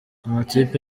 amakipe